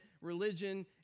religion